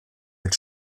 mit